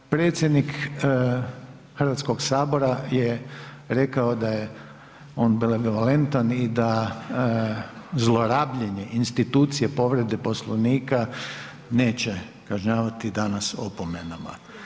Predsjednik Hrvatskog sabora je rekao da je on benevolentan i da zlorabljenje institucije povrede Poslovnika neće kažnjavati danas opomenama.